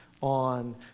on